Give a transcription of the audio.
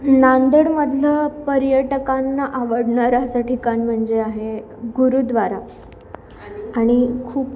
नांदेडमधलं पर्यटकांना आवडणारा असं ठिकाण म्हणजे आहे गुरुद्वारा आणि खूप